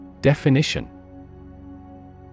Definition